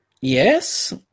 Yes